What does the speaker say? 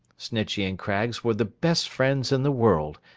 snitchey and craggs were the best friends in the world,